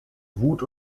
wut